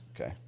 Okay